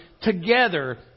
together